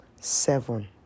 seven